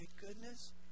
goodness